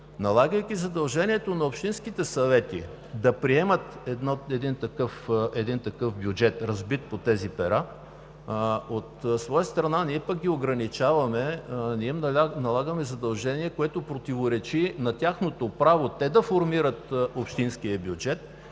Налагайки задължението на общинските съвети да приемат един такъв бюджет, разбит по тези пера, от своя страна ние ги ограничаваме. Налагаме им задължение, което противоречи на тяхното право те да формират общинския бюджет,